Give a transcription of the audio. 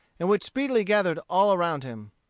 and which speedily gathered all around him.